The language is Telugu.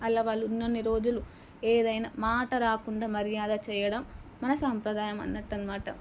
అలా వాళ్ళు ఉన్నన్ని రోజులు ఏదైనా మాట రాకుండా మర్యాద చేయడం మన సంప్రదాయమన్నట్టు అనమాట